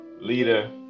leader